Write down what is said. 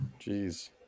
Jeez